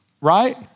Right